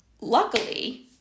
Luckily